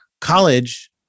college